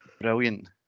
brilliant